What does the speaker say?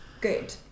good